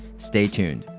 stay tuned.